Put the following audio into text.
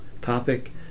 topic